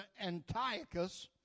Antiochus